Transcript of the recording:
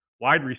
wide